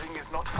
is more